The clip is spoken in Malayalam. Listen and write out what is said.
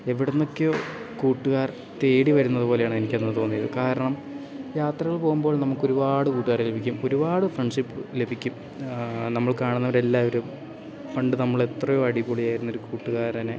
എവിടുന്നൊക്കെയോ കൂട്ടുകാർ തേടി വരുന്നത് പോലെയാണ് എനിക്ക് അന്ന് തോന്നിയത് കാരണം യാത്രകൾ പോകുമ്പോൾ നമുക്ക് ഒരുപാട് കൂട്ടുകാരെ ലഭിക്കും ഒരുപാട് ഫ്രണ്ട്ഷിപ്പ് ലഭിക്കും നമ്മൾ കാണുന്നവരെ എല്ലാവരും പണ്ട് നമ്മളെ എത്രയോ അടിപൊളിയായിരുന്ന ഒരു കൂട്ടുകാരനെ